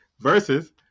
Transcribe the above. Versus